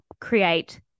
create